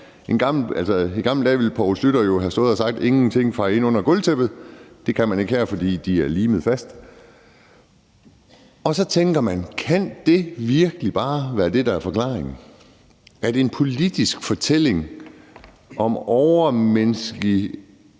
I gamle dage ville Poul Schlüter jo have stået og sagt: Der er ingenting, der er fejet ind under gulvtæppet. Det kan man ikke her, fordi det er limet fast. Så tænker man: Kan det virkelig bare være det, der er forklaringen? Er det en politisk fortælling om overmenneskeligt